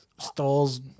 stalls